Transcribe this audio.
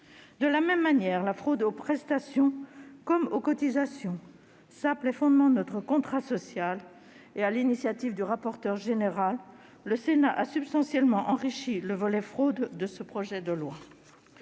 De la même manière, la fraude aux prestations comme aux cotisations sape les fondements de notre contrat social et, à l'initiative du rapporteur général de notre commission, le Sénat a substantiellement enrichi le volet fraude de ce projet de loi.